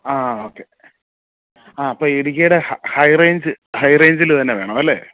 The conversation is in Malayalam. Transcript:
ആ ഓക്കെ ആ അപ്പം ഇടുക്കിയുടെ ഹൈ റേഞ്ച് ഹൈറേഞ്ചിൽ തന്നെ വേണമല്ലേ